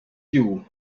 you